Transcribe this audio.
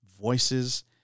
voices